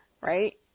right